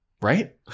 right